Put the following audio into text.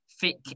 thick